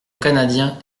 canadien